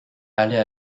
aller